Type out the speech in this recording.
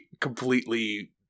completely